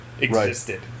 existed